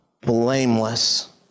blameless